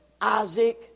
Isaac